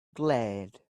glad